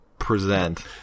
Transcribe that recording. present